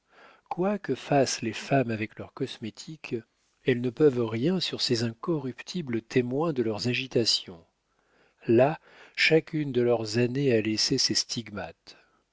quoi que fassent les femmes avec leurs cosmétiques elles ne peuvent rien sur ces incorruptibles témoins de leurs agitations là chacune de leurs années a laissé ses stigmates